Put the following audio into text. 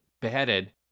beheaded